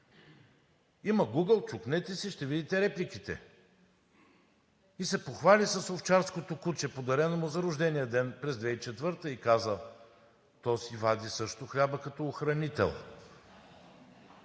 Има Гугъл, чукнете си, ще видите репликите. И се похвали с овчарското куче, подарено му за рождения ден през 2004 г., и каза: то си вади също хляба като охранител